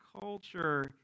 culture